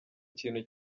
kintu